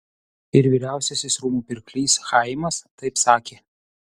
ir vyriausiasis rūmų pirklys chaimas taip sakė